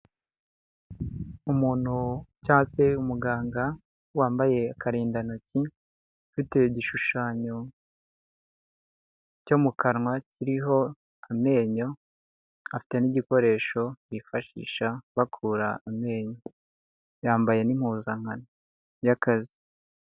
Umuntu cyase umuganga wambaye akarindantoki, ufite igishushanyo cyo mu kanwa kiriho amenyo, afite n'igikoresho bifashisha bakura amenyo, yambaye n'impuzankano y'akazi.